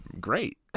great